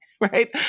right